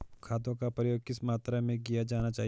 खादों का प्रयोग किस मात्रा में किया जाना चाहिए?